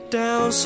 down